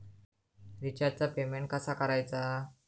रिचार्जचा पेमेंट कसा करायचा?